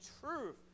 truth